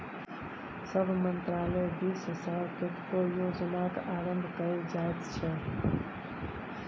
सभ मन्त्रालय दिससँ कतेको योजनाक आरम्भ कएल जाइत छै